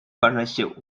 partnership